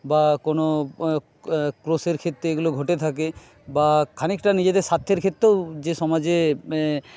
বা কোনো ক্রোশের ক্ষেত্রে এগুলো ঘটে থাকে বা খানিকটা নিজেদের স্বার্থের ক্ষেত্রেও যে সমাজে